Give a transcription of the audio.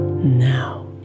Now